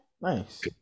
nice